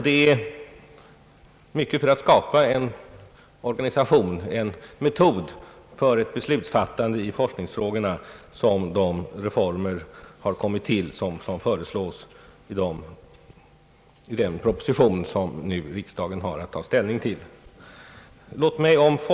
Det är mycket för att skapa en organisation, en metod för ett beslutfattande i forskningsfrågorna som de reformer har kommit upp vilka föreslås i den proposition som riksdagen nu har att ta ställning till.